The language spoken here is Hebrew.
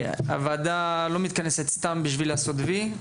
הוועדה לא מתכנסת סתם בשביל לעשות וי,